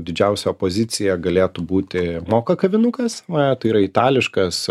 didžiausia opozicija galėtų būti moka kavinukas tai yra itališkas